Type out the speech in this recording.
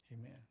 Amen